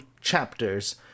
chapters